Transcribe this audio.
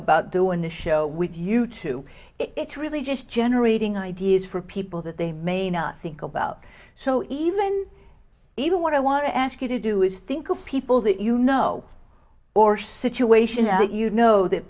about doing the show with you too it's really just generating ideas for people that they may not think about so even even what i want to ask you to do is think of people that you know or situation that you know that